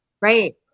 Right